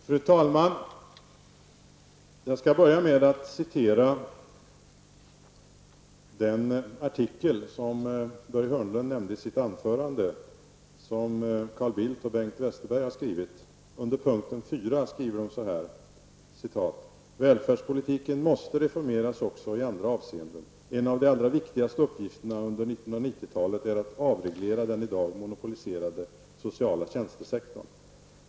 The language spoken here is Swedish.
Fru talman! Jag vill börja med den artikel som Börje Hörnlund nämnde i sitt anförande och som Carl Bildt och Bengt Westerberg har skrivit. I punkt 4 framgår det att välfärdspolitiken måste reformeras också i andra avseenden. En av de allra viktigaste uppgifterna under 1990-talet är att avreglera den i dag monopoliserade sociala tjänstesektorn.